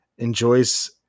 enjoys